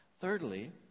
Thirdly